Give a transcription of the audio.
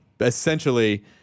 essentially